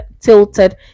tilted